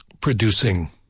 producing